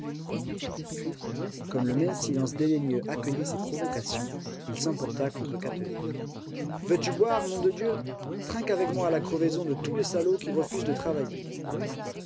comme le même silence dédaigneux accueillait ses provocations il s'emporta contre catherine veux-tu boire nom de dieu trinque avec moi à la crevaison de tous les salauds qui refusent de travailler